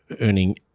earning –